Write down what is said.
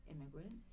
immigrants